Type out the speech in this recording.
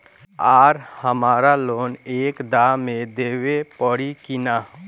आर हमारा लोन एक दा मे देवे परी किना?